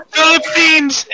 Philippines